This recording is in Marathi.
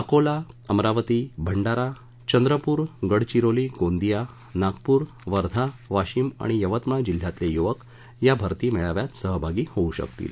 अकोला अमरावती भंडारा चंद्रपूर गडचिरोली गोंदिया नागपूर वर्धा वाशिम आणि यवतमाळ जिल्ह्यातले यूवक या भरती मेळाव्यात सहभागी होऊ शकतील